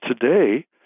today